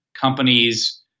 companies